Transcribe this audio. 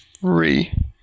three